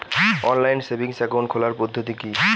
Online savings account খোলার পদ্ধতি কি?